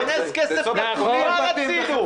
--- כסף --- רצינו.